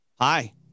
hi